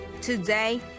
Today